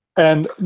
and,